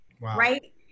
right